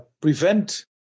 prevent